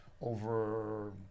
over